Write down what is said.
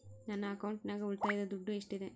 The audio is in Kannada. ನನ್ನ ಅಕೌಂಟಿನಾಗ ಉಳಿತಾಯದ ದುಡ್ಡು ಎಷ್ಟಿದೆ?